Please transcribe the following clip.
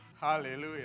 hallelujah